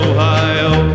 Ohio